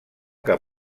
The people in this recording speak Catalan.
que